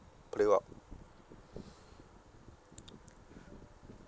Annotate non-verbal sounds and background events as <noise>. play you up <noise>